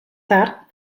tard